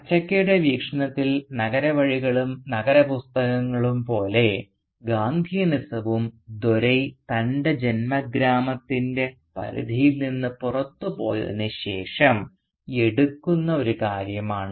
അച്ചക്കയുടെ വീക്ഷണത്തിൽ നഗര വഴികളും നഗരപുസ്തകങ്ങളും പോലെ ഗാന്ധിയനിസവും ദോരൈ തൻറെ ജന്മഗ്രാമത്തിൻറെ പരിധിയിൽ നിന്ന് പുറത്തുപോയതിനുശേഷം എടുക്കുന്ന ഒരു കാര്യമാണ്